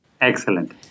Excellent